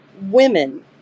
women